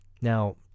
Now